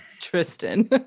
Tristan